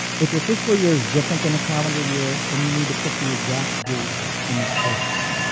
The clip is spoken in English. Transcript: if your fiscal year is different than a calendar year, then you need to put the exact dates in that first line.